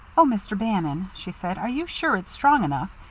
oh, mr. bannon, she said, are you sure it's strong enough?